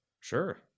Sure